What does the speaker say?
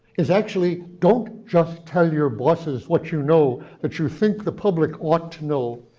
it's actually, don't just tell your bosses what you know that you think the public ought to know.